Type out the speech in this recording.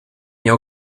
nie